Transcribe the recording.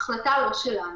ההחלטה לא שלנו.